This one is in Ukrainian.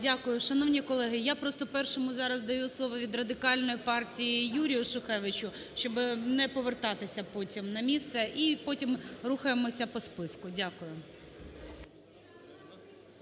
Дякую. Шановні колеги, я просто першому зараз даю слово від Радикальної партії Юрію Шухевичу, щоби не повертатися потім на місце. І потім рухаємося по списку. Дякую.